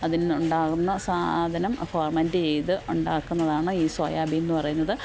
അതിൽ നിന്നുണ്ടാകുന്ന സാധനം ഫോർമൻ്റ് ചെയ്ത് ഉണ്ടാക്കുന്നതാണ് ഈ സോയാബീൻ എന്നു പറയുന്നത്